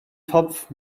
topf